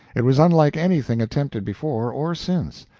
it was unlike anything attempted before or since.